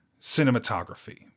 cinematography